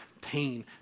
pain